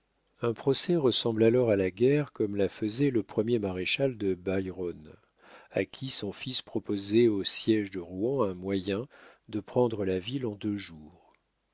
un procès ressemble alors à la guerre comme la faisait le premier maréchal de biron à qui son fils proposait au siége de rouen un moyen de prendre la ville en deux jours